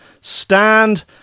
stand